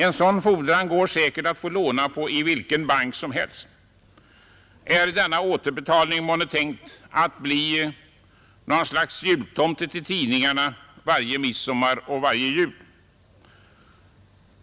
En sådan fordran går det säkert att få låna på i vilken bank som helst. Är denna återbetalning månne tänkt som något slags klapp till tidningarna varje midsommar och jul?